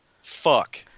fuck